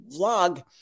vlog